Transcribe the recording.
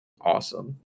Awesome